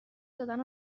دادن